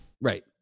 right